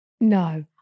no